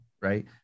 right